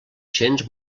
cents